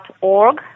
org